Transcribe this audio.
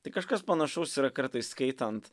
tai kažkas panašaus yra kartais skaitant